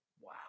Wow